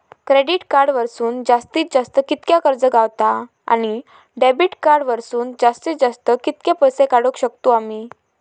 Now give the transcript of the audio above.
Credit card वरसून जास्तीत जास्त कितक्या कर्ज गावता, आणि डेबिट कार्ड वरसून जास्तीत जास्त कितके पैसे काढुक शकतू आम्ही?